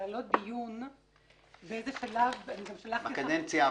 להעלות דיון באיזה שלב אני גם שלחתי לך --- בקדנציה הבאה.